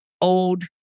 old